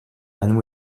and